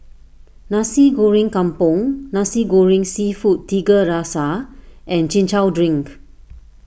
Nasi Goreng Kampung Nasi Goreng Seafood Tiga Rasa and Chin Chow Drink